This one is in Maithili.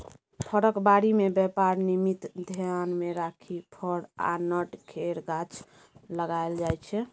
फरक बारी मे बेपार निमित्त धेआन मे राखि फर आ नट केर गाछ लगाएल जाइ छै